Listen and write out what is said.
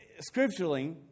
scripturally